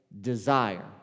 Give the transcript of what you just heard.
desire